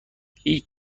هیچ